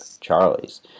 Charlie's